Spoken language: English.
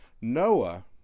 Noah